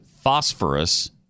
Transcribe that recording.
phosphorus